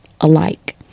alike